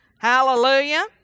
Hallelujah